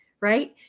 right